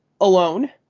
alone